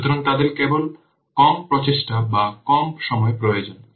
সুতরাং তাদের কেবল কম প্রচেষ্টা বা কম সময় প্রয়োজন